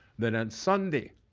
then on sunday,